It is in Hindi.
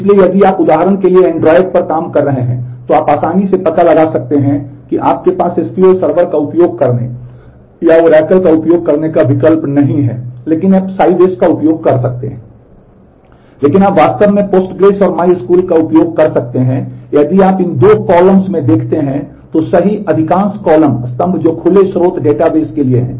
इसलिए यदि आप उदाहरण के लिए एंड्रॉइड पर काम कर रहे हैं तो आप आसानी से पता लगा सकते हैं कि आपके पास SQL सर्वर का उपयोग करने या Oracle का उपयोग करने का विकल्प नहीं है लेकिन आप Sybase का उपयोग कर सकते हैं